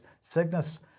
Cygnus